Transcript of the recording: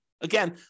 Again